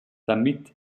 damit